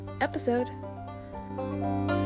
episode